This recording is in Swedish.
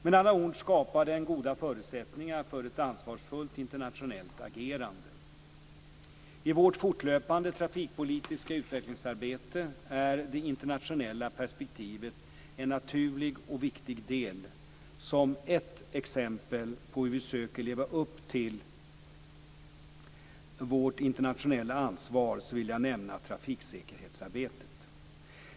Med andra ord skapar den goda förutsättningar för ett ansvarsfullt internationellt agerande. I vårt fortlöpande trafikpolitiska utvecklingsarbete är det internationella perspektivet en naturlig och viktig del. Som ett exempel på hur vi söker leva upp till vårt internationella ansvar vill jag nämna trafiksäkerhetsarbetet.